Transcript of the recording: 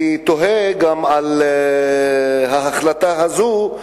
אני תוהה על ההחלטה הזאת,